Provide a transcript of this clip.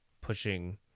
pushing